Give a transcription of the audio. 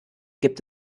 gibt